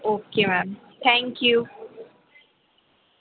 okay ma'am thank you